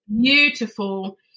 beautiful